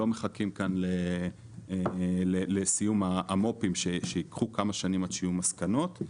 ולא מחכים לסיום המו"פים; ייקחו כמה שנים עד שיהיו מסקנות.